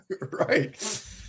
Right